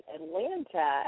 Atlanta